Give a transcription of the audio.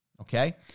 Okay